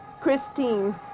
Christine